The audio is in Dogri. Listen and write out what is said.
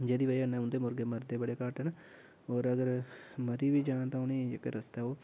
जेह्दी बजह् कन्नै उं'दे मुर्गे मरदे बड़े घट्ट न होर अगर मरी बी जान तां उ'नेंगी जेह्का रस्तै ओह्